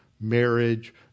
marriage